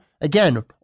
Again